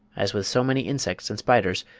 as with so many insects and spiders,